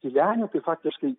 tylenių tai faktiškai